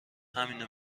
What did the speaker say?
همینو